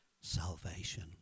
salvation